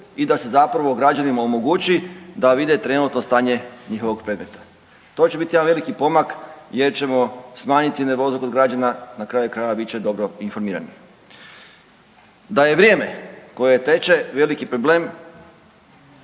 i da se zapravo građanima omogući da vide trenutno stanje njihovog predmeta. To će biti jedan veliki pomak, jer ćemo smanjiti nervozu kod građana na kraju krajeva bit će dobro informirani. Da je vrijeme koje teče veliki problem